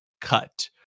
cut